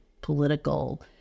political